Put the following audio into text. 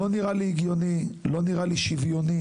לא נראה לי הגיוני, לא נראה לי שוויוני,